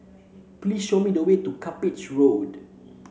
please show me the way to Cuppage Road